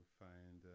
find